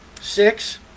six